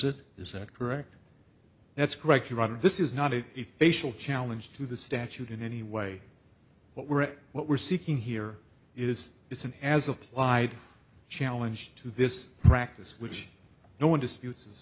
it is that correct that's correct your honor this is not it a facial challenge to the statute in any way what we're what we're seeking here is it's an as applied challenge to this practice which no one disputes